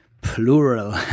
plural